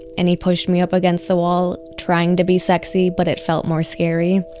and he pushed me up against the wall trying to be sexy. but it felt more scary.